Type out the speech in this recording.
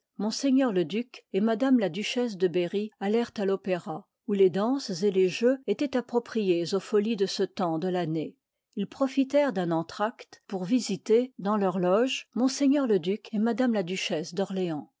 m le duc et m la duchesse de berry allèrent à l'opéra ou les danses et les jeux étoient appropriés aux folies de ce temps de l'année ils profitèrent d'un entr'acte pour visiter dans ii part leur loge m le duc et m la duchesse liv ii d'orléans